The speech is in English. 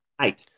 eight